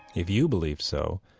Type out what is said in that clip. if you believe so,